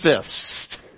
fist